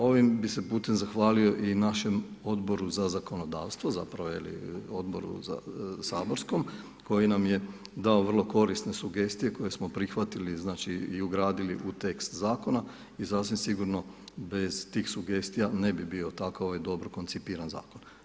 Ovim bi se putem zahvalio i našem Odboru za zakonodavstvo, Odboru saborskom, koji nam je dao vrlo korisne sugestije koje smo prihvatili znači, i ugradili u tekst zakona i sasvim sigurno bez tih sugestija ne bi bio tako dobro koncipiran ovaj zakon.